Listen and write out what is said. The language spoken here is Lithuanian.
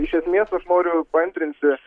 iš esmės aš noriu paantrinti